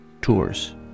Tours